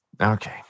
Okay